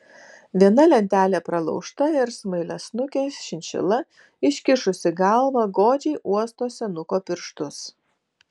viena lentelė pralaužta ir smailiasnukė šinšila iškišusi galvą godžiai uosto senuko pirštus